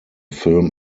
film